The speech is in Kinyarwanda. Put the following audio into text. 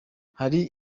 hari